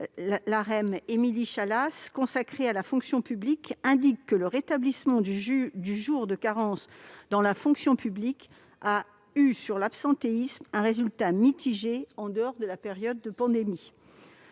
Marche, Émilie Chalas, consacré à la fonction publique, indique que le rétablissement du jour de carence dans la fonction publique a eu, sur l'absentéisme, un résultat mitigé en dehors de la période de pandémie.